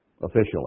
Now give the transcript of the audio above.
officially